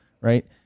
right